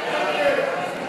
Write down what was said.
ההסתייגויות לסעיף 25,